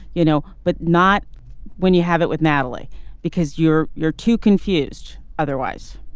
you know but not when you have it with natalie because you're you're too confused otherwise